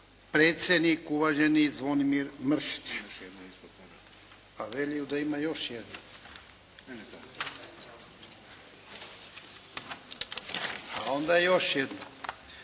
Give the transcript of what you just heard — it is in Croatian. Predsjednik, uvaženi Zvonimir Mršić. Pa vele da ima još jedna, a onda je još jedna.